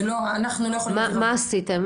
אנחנו לא יכולים -- מה עשיתם?